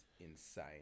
insane